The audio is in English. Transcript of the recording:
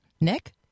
Nick